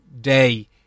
day